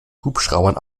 hubschraubern